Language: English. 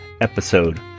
Episode